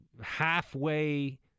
halfway